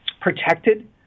protected